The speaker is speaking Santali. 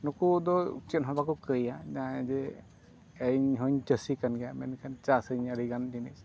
ᱱᱩᱠᱩ ᱫᱚ ᱪᱮᱫ ᱦᱚᱸ ᱵᱟᱠᱚ ᱠᱟᱹᱭᱟ ᱡᱟᱦᱟᱸᱭ ᱡᱮ ᱤᱧᱦᱚᱧ ᱪᱟᱹᱥᱤ ᱠᱟᱱ ᱜᱮᱭᱟ ᱢᱮᱱᱠᱷᱟᱱ ᱪᱟᱥᱼᱟᱹᱧ ᱟᱹᱰᱤᱜᱟᱱ ᱡᱤᱱᱤᱥ